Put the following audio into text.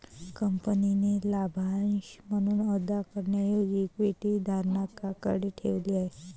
कंपनीने लाभांश म्हणून अदा करण्याऐवजी इक्विटी धारकांकडे ठेवली आहे